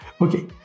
Okay